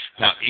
Now